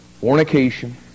fornication